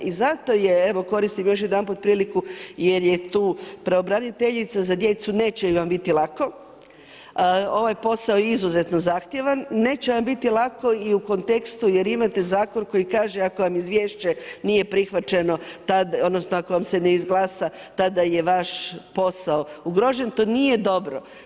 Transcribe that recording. I zato je, evo koristim još jedanput priliku jer je tu pravobraniteljica za djecu, neće vam biti lako, ovaj posao je izuzetno zahtjevan, neće vam biti lako i u kontekstu jer imate zakon koji kaže ako vam izvješće nije prihvaćeno odnosno ako vam se ne izglasa, tada je vaš posao ugrožen, to nije dobro.